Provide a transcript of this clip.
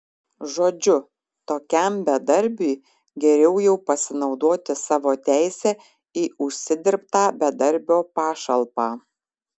žodžiu tokiam bedarbiui geriau jau pasinaudoti savo teise į užsidirbtą bedarbio pašalpą